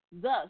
thus